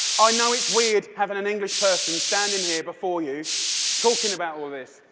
i know it's weird having an english person standing here before you talking about all this.